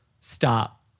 stop